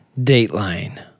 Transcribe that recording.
Dateline